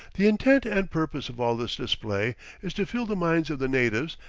the intent and purpose of all this display is to fill the minds of the natives,